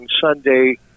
Sunday